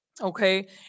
okay